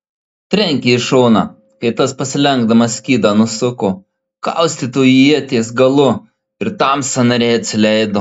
trenkė į šoną kai tas pasilenkdamas skydą nusuko kaustytu ieties galu ir tam sąnariai atsileido